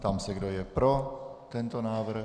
Ptám se, kdo je pro tento návrh?